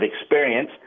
experience